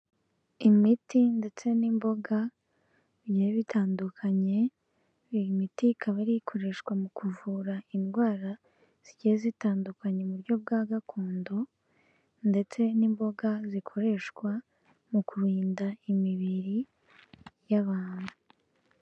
Imiti ndetse n'imboga bigiye bitandukanye, imiti ikaba ari ikoreshwa mu kuvura indwara zigiye zitandukanye mu buryo bwa gakondo ndetse n'imboga zikoreshwa mu kurinda imibiri y'abantu.